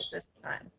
this time.